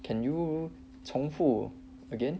can you 重复 again